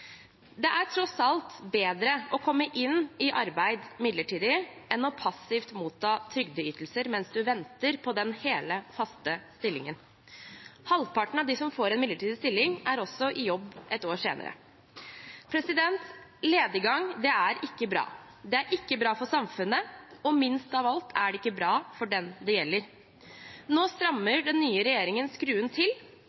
Det er tross alt bedre å komme inn i arbeid midlertidig enn passivt å motta trygdeytelser mens man venter på den hele, faste stillingen. Halvparten av dem som får en midlertidig stilling, er også i jobb et år senere. Lediggang er ikke bra. Det er ikke bra for samfunnet, og minst av alt er det bra for den det gjelder. Nå